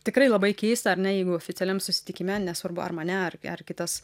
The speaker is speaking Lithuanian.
tikrai labai keista ar ne jeigu oficialiam susitikime nesvarbu ar mane ar ar kitas